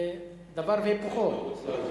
זה דבר והיפוכו.